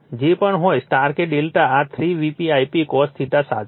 જે પણ હોય સ્ટાર કે Δ આ 3 Vp Ip cos સાચું છે